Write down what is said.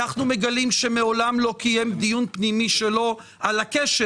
אנו מגלים שמעולם לא קיים דיון פנימי שלו על הקשר